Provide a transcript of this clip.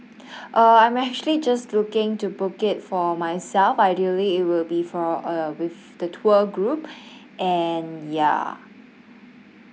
uh I'm actually just looking to book it for myself ideally it will be for uh with the tour group and ya